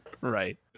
Right